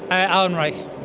allan rice.